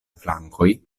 flankoj